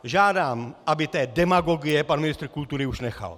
Žádám, aby té demagogie pan ministr kultury už nechal!